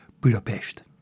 Budapest